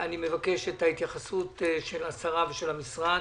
אני מבקש את התייחסות השרה ושל המשרד.